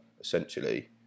essentially